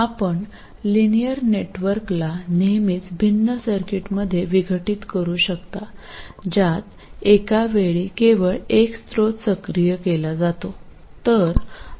आपण लिनियर नेटवर्कला नेहमीच भिन्न सर्किटमध्ये विघटित करू शकता ज्यात एका वेळी केवळ एक स्त्रोत सक्रिय केला जातो